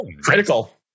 Critical